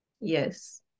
Yes